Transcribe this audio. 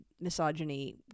Misogyny